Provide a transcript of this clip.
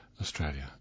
Australia